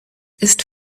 ist